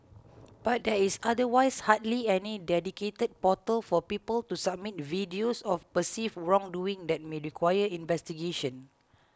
but there is otherwise hardly any dedicated portal for people to submit videos of perceived wrongdoing that may require investigation